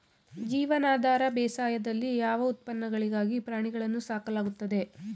ಜೀವನಾಧಾರ ಬೇಸಾಯದಲ್ಲಿ ಯಾವ ಉತ್ಪನ್ನಗಳಿಗಾಗಿ ಪ್ರಾಣಿಗಳನ್ನು ಸಾಕಲಾಗುತ್ತದೆ?